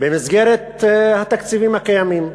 במסגרת התקציבים הקיימים.